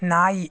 ನಾಯಿ